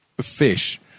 fish